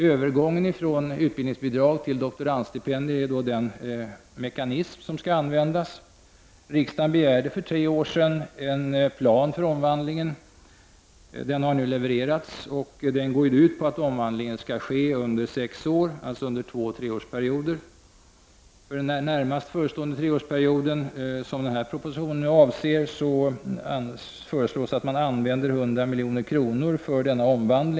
Övergången från utbildningsbidrag till doktorandstipendier är den mekanism som skall komma i fråga. Riksdagen begärde för tre år sedan en plan för omvandlingen. En sådan plan har nu levererats, och denna går ut på att omvandlingen skall ske under en sexårsperiod — alltså under två treårsperioder. För den närmast förestående treårsperioden, som den här propositionen avser, föreslås det att 100 milj.kr. används till denna omvandling.